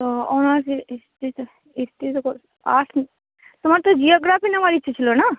ও অনার্সে হিস্ট্রিটা হিস্ট্রি তো আর্টস তোমার তো জিওগ্রাফি নেওয়ার ইচ্ছা ছিলো না